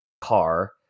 car